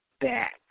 back